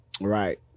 Right